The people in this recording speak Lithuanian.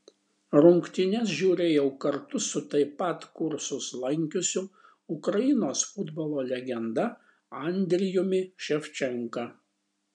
rungtynes žiūrėjau kartu su taip pat kursus lankiusiu ukrainos futbolo legenda andrijumi ševčenka